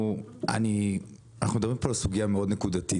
אנחנו מדברים פה על סוגיה מאוד נקודתית.